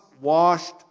washed